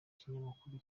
kinyamakuru